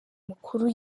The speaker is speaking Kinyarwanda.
mukuru